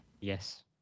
Yes